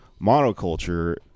monoculture